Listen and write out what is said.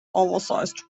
oversized